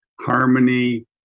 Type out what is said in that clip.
harmony